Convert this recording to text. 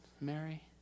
Mary